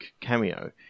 cameo